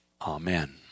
Amen